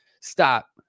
Stop